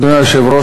אדוני היושב-ראש,